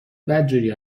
بدجوری